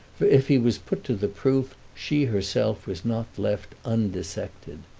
for if he was put to the proof she herself was not left undissected.